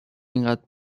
اینقدر